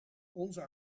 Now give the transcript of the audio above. onze